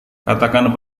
katakan